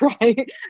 right